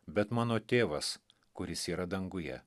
bet mano tėvas kuris yra danguje